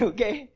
Okay